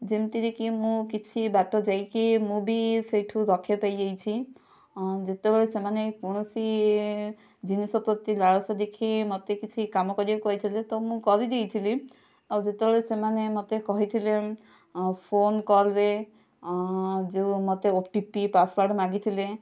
ଯେମିତିରେ କି ମୁଁ କିଛି ବାଟ ଯାଇକି ମୁଁ ବି ସେହିଠି ରକ୍ଷା ପାଇଯାଇଛି ଯେତେବେଳେ ସେମାନେ କୌଣସି ଜିନିଷ ପ୍ରତି ଲାଳସା ଦେଖାଇ ମୋତେ କିଛି କାମ କରିବାକୁ କହିଥିଲେ ତ ମୁଁ କରି ଦେଇଥିଲି ଆଉ ଯେତେବେଳେ ସେମାନେ ମୋତେ କହିଥିଲେ ଫୋନ କଲ୍ ରେଯେଉଁ ମୋତେ ଓଟିପି ପାସୱାର୍ଡ଼ ମାଗିଥିଲେ